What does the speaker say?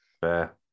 fair